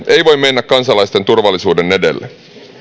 ei voi mennä kansalaisten turvallisuuden edelle